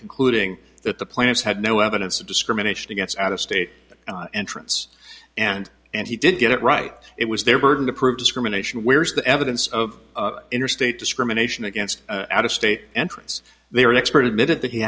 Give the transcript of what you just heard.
concluding that the plants had no evidence of discrimination against out of state and entrance and and he did get it right it was their burden to prove discrimination where's the evidence of interstate discrimination against out of state entrants their expert admitted that he